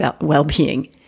well-being